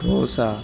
dosa